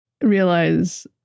realize